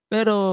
Pero